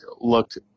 looked